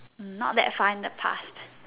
mm not that fine in the past